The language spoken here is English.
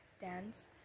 dance